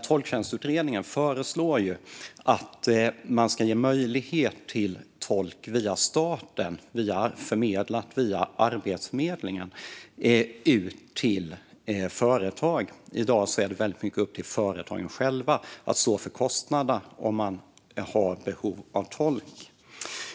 Tolktjänstutredningen föreslår att man ska ge möjlighet till tolk via staten och via Arbetsförmedlingen förmedla detta ut till företag. I dag är det väldigt mycket upp till företagen själva att stå för kostnaderna om de har behov av tolk.